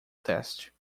teste